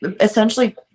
essentially